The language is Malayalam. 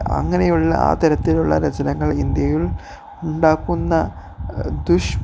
അങ്ങനെയുള്ള ആ തരത്തിലുള്ള രചനങ്ങൾ ഇന്ത്യയിൽ ഉണ്ടാക്കുന്ന ദുഷ്